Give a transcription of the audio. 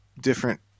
different